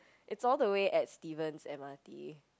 it's all the way at stevens m_r_t